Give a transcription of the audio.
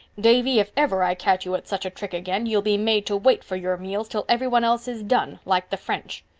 davy, if ever i catch you at such a trick again you'll be made to wait for your meals till everyone else is done, like the french.